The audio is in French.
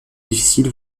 difficile